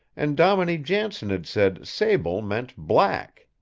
and dominie jansen had said, sable meant black.